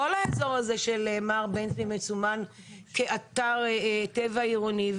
כל האזור הזה של מע"ר בן צבי מסומן כאתר טבע עירוני,